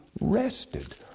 rested